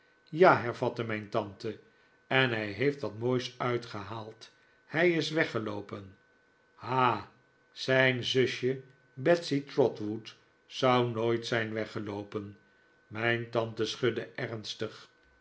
ja hervatte mijn tante en hij heeft wat moois uitgehaald hij is weggeloopen ha zijn zusje betsey trotwood zou nooit zijn weggeloopen mijn tante schudde emmijnheer